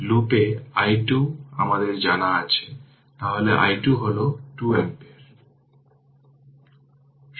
সুতরাং এটি একটি ইউনিট টাইম ফাংশন কিন্তু মনে রাখবেন t 0 এটি অনির্ধারিত